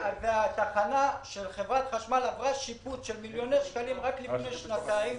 התחנה של חברת חשמל עברה שיפוץ במיליוני שקלים רק לפני שנתיים,